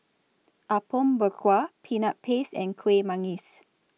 Apom Berkuah Peanut Paste and Kueh Manggis